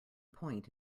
point